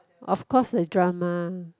of course the drama